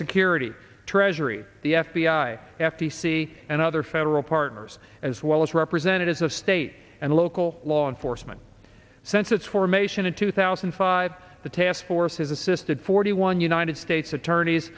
security treasury the f b i f t c and other federal partners as well as representatives of state and local law enforcement since its formation in two thousand and five the task force has assisted forty one united states attorneys